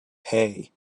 hey